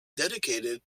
dedicated